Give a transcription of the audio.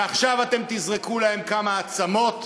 ועכשיו אתם תזרקו להם כמה עצמות,